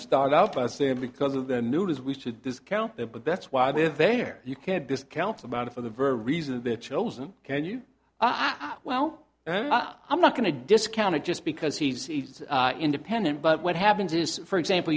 start out by saying because of the news we should discount that but that's why they're there you can't discount about it for the very reason that chosen can you i well i'm not going to discount it just because he's he's independent but what happens is for example